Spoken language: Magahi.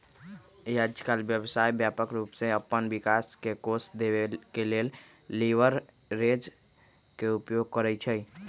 याजकाल व्यवसाय व्यापक रूप से अप्पन विकास के कोष देबे के लेल लिवरेज के उपयोग करइ छइ